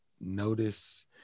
notice